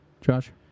Josh